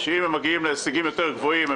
ואם הם מגיעים להישגים יותר גבוהים,